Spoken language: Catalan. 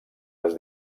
les